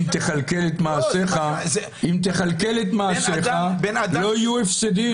אם תכלכל את מעשיך, לא יהיו הפסדים.